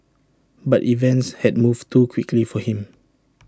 but events had moved too quickly for him